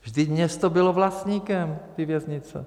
Vždyť město bylo vlastníkem té věznice.